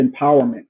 empowerment